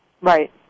right